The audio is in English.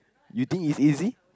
you think it's easy